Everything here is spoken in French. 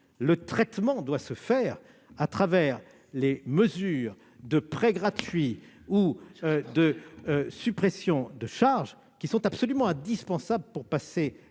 l'industrie doit se faire au travers des mesures de prêt gratuit ou de suppressions de charges, qui sont absolument indispensables pour passer